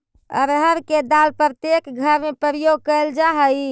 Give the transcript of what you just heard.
अरहर के दाल प्रत्येक घर में प्रयोग कैल जा हइ